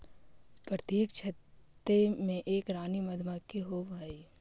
प्रत्येक छत्ते में एक रानी मधुमक्खी होवअ हई